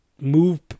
move